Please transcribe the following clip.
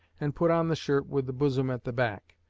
and put on the shirt with the bosom at the back,